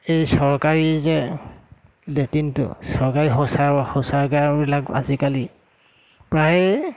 এই চৰকাৰী যে লেট্ৰিনটো চৰকাৰী শৌচাগাৰ শৌচাগাৰবিলাক আজিকালি প্ৰায়ে